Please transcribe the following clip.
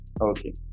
Okay